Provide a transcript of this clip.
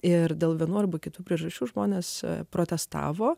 ir dėl vienų arba kitų priežasčių žmonės protestavo